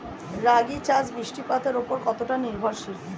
রাগী চাষ বৃষ্টিপাতের ওপর কতটা নির্ভরশীল?